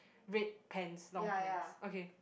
red pants long pants okay